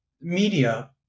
media